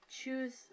choose